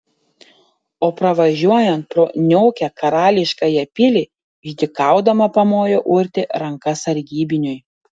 o pravažiuojant pro niaukią karališkąją pilį išdykaudama pamojo urtė ranka sargybiniui